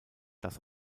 das